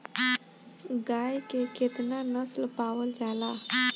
गाय के केतना नस्ल पावल जाला?